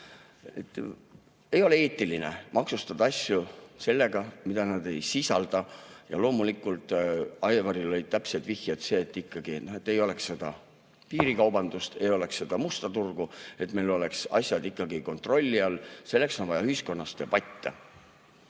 Ei ole eetiline maksustada asju selle eest, mida nad ei sisalda. Loomulikult, Aivaril olid täpsed viited, et ikkagi ei tohiks olla piirikaubandust, ei tohiks olla musta turgu, et meil oleks asjad kontrolli all. Selleks on vaja ühiskonnas debatte.